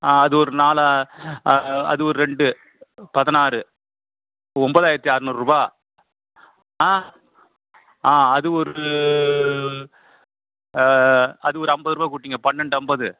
அது ஒரு நாலு அது ஒரு ரெண்டு பதினாறு ஒம்போதாயிரத்தி அறநூறுபா ஆ ஆ அது ஒரு அது ஒரு ஐம்பதுரூவா கூட்டிங்க பன்னெண்டு ஐம்பது